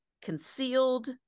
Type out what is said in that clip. concealed